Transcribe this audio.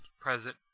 Present